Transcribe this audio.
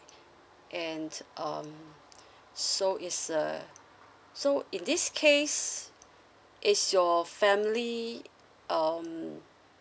and um so is uh so in this case is your family um